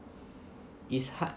it's hard